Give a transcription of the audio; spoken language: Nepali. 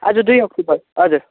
आज दुई अक्टोबर हजुर